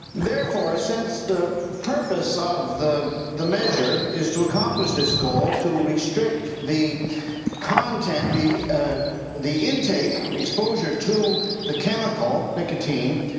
therefore, since the purpose of the the measure is to accomplish this goal, to restrict the content, the ah the intake, exposure to the chemical, nicotine,